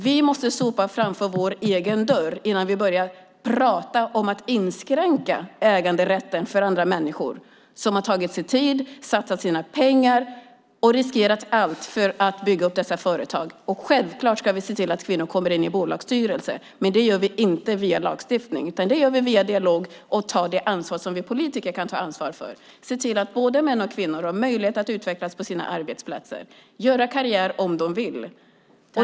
Vi måste sopa framför vår egen dörr innan vi börjar prata om att inskränka äganderätten för andra människor, som har tagit sig tid, satsat sina pengar och riskerat allt för att bygga upp dessa företag. Självfallet ska vi se till att kvinnor kommer in i bolagsstyrelser. Men det gör vi inte via lagstiftning utan det gör vi via dialog och genom att ta ansvar för det som vi politiker kan ta ansvar för. Vi ska se till att både män och kvinnor har möjlighet att utvecklas på sina arbetsplatser och att göra karriär om de vill.